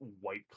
White